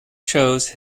chose